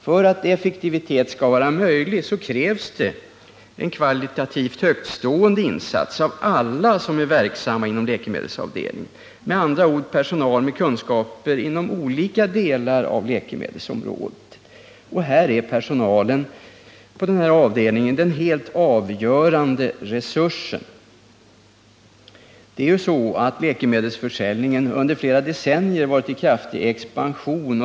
För att det skall vara möjligt att uppnå effektivitet krävs en kvalitativt högtstående insats av alla som är verksamma inom läkemedelsavdelningen, med andra ord personal med kunskaper inom olika delar av läkemedelsområdet. Personalen på den här avdelningen är således den helt avgörande resursen. Läkemedelsförsäljningen har under flera decennier varit i kraftig expansion.